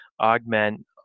augment